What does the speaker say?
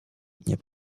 nie